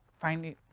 finding